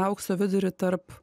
aukso vidurį tarp